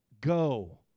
Go